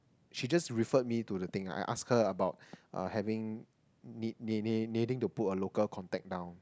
she just referred me to the thing I asked her about uh having need need needing to put a local contact down